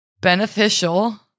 beneficial